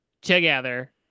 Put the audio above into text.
together